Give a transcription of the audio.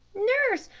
nurse,